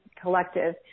collective